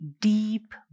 deep